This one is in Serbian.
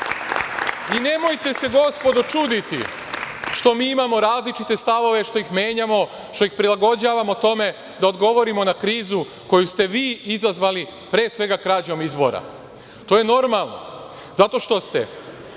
sproveli. Nemojte se gospodo čuditi što mi imamo različite stavove, što ih menjamo, što ih prilagođavamo tome da odgovorimo na krizu koju ste vi izazvali pre svega krađom izbora. To je normalno, zato što ste